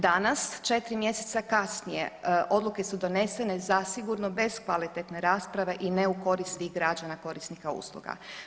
Danas 4. mjeseca kasnije odluke su donesene zasigurno bez kvalitetne rasprave i ne u korist svih građana korisnika usluga.